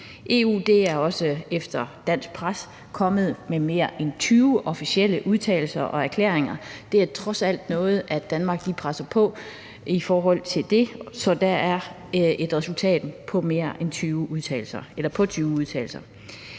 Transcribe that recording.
EU er også efter dansk pres kommet med mere end 20 officielle udtalelser og erklæringer. Det er trods alt noget, at Danmark her presser på, så det har resulteret i 20 udtalelser.